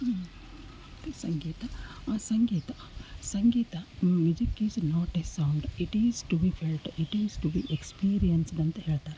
ಮತ್ತು ಸಂಗೀತ ಆ ಸಂಗೀತ ಸಂಗೀತ music is not a sound it is to be felt it is to be experienced ಅಂತ ಹೇಳ್ತಾರೆ